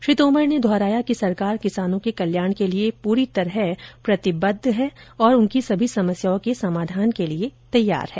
श्री तोमर ने दोहराया कि सरकार किसानों के कल्याण के लिए पूरी तरह प्रतिबद्ध है और उनकी सभी समस्याओं के समाधान के लिए तैयार है